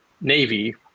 Navy